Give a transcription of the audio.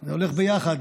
זה הולך ביחד.